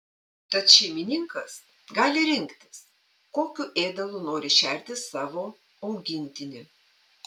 tad šeimininkas gali rinktis kokiu ėdalu nori šerti savo augintinį